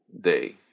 day